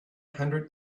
hundred